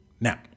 now